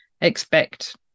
expect